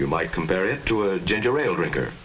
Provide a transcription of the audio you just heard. you might compare it to a ginger ale drinker